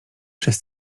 przez